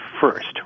first